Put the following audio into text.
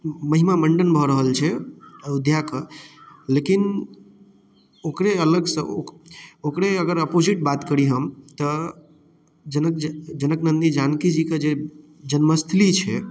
मे महिमा मण्डन भऽ रहल छै अयोध्याके लेकिन ओकरे अलग सँ ओकरे अगर अपोजिट बात करी हम तऽ जनक जे जनक नन्दनी जानकी जी के जे जन्मस्थली छै